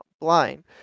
blind